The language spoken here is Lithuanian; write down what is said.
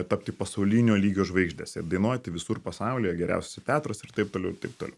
tapti pasaulinio lygio žvaigždės ir dainuoti visur pasaulyje geriausiuose teatruose ir taip toliau ir taip toliau